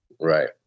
right